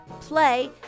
play